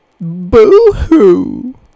Boo-hoo